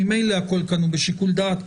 ממילא הכול כאן הוא בשיקול דעת.